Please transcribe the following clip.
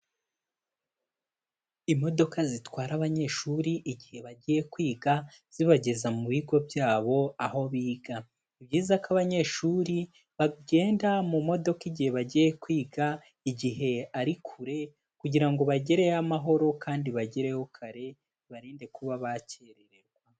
Imodoka zitwara abanyeshuri igihe bagiye kwiga, zibageza mu bigo byabo aho biga. Ni byiza ko abanyeshuri bagenda mu modoka igihe bagiye kwiga, igihe ari kure kugirango bagereyo amahoro kandi bagereyo kare, bibarinde kuba bakererwa.